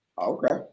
Okay